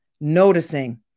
noticing